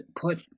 put